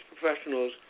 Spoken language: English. professionals